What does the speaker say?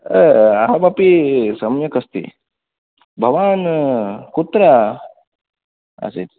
अहमपि सम्यकस्मि भवान् कुत्र आसीत्